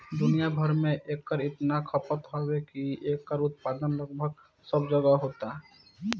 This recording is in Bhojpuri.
दुनिया भर में एकर इतना खपत बावे की एकर उत्पादन लगभग सब जगहे होता